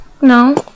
No